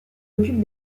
occupe